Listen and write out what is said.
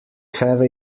have